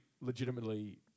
legitimately